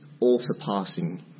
all-surpassing